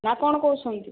ନା କଣ କହୁଛନ୍ତି